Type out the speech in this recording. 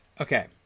Okay